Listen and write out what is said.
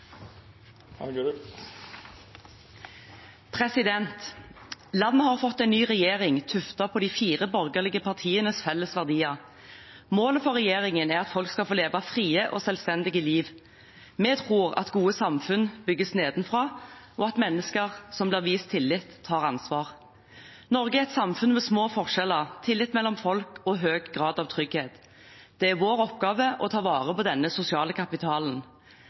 ruspolitikk. Landet har fått en ny regjering tuftet på de fire borgerlige partienes felles verdier. Målet for regjeringen er at folk skal få leve frie og selvstendige liv. Vi tror at gode samfunn bygges nedenfra, og at mennesker som blir vist tillit, tar ansvar. Norge er et samfunn med små forskjeller, tillit mellom folk og høy grad av trygghet. Det er vår oppgave å ta vare på denne sosiale kapitalen.